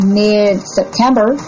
mid-September